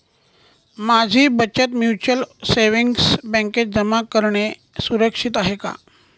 माझी बचत mutual savings बँकेत जमा करणे सुरक्षित आहे का